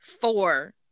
four